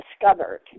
discovered